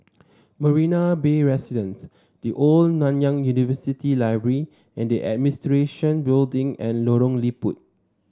Marina Bay Residences The Old Nanyang University Library and Administration Building and Lorong Liput